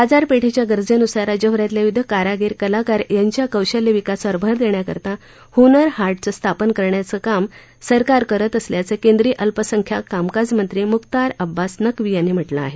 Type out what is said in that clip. बाजारपेठेच्या गरजेनुसार राज्यभरातल्या विविध कारागीर कलाकार यांच्या कौशल्य विकासावर भर देण्याकरता हुनर हाट स्थापन करण्यांच काम सरकार करत असल्याचं केंद्रीय अल्पसंख्यांक कामकाज मंत्री मुख्तार अब्बास नक्वी यांनी म्हटलं आहे